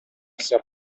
essere